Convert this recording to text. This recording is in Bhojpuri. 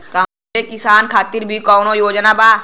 का मझोले किसान खातिर भी कौनो योजना बा?